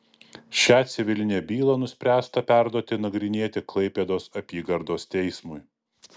šią civilinę bylą nuspręsta perduoti nagrinėti klaipėdos apygardos teismui